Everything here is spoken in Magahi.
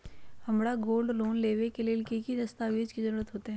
हमरा गोल्ड लोन लेबे के लेल कि कि दस्ताबेज के जरूरत होयेत?